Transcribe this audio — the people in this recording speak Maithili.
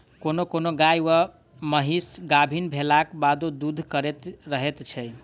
कोनो कोनो गाय वा महीस गाभीन भेलाक बादो दूध करैत रहैत छै